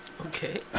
Okay